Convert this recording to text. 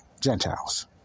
Gentiles